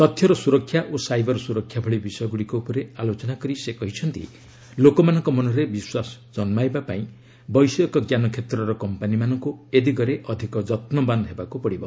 ତଥ୍ୟର ସୁରକ୍ଷା ଓ ସାଇବର ସୁରକ୍ଷା ଭଳି ବିଷୟଗୁଡ଼ିକ ଉପରେ ଆଲୋଚନା କରି ସେ କହିଛନ୍ତି ଲୋକମାନଙ୍କ ମନରେ ବିଶ୍ୱାସ ଜନ୍ମାଇବା ପାଇଁ ବୈଷୟିକଞ୍ଜାନ କ୍ଷେତ୍ରର କମ୍ପାନୀମାନଙ୍କୁ ଏ ଦିଗରେ ଅଧିକ ଯତ୍ନବାନ ହେବାକୁ ପଡ଼ିବ